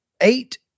eight